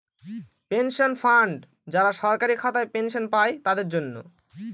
pension fund যারা সরকারি খাতায় পেনশন পাই তাদের জন্য